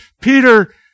Peter